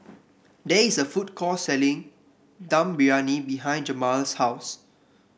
there is a food court selling Dum Briyani behind Jamaal's house